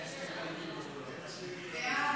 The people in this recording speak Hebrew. רגע, חכה, היושב-ראש, חכה.